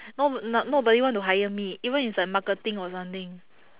no n~ nobody want to hire me even it's like marketing or something